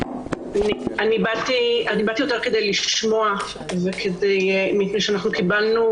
באתי יותר כדי לשמוע מפני שאנחנו קיבלנו